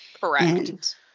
Correct